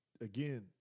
again